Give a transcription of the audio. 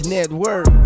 Network